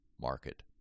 market